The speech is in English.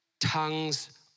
tongues